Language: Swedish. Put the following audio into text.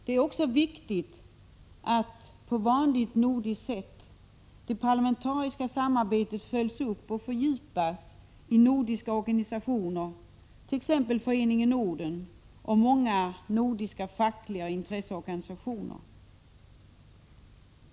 Det är också viktigt att det parlamentariska samarbetet på vanligt nordiskt sätt följs upp och fördjupas av nordiska organisationer, t.ex. Föreningen Norden och många nordiska fackoch intresseorganisationer.